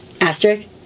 Asterisk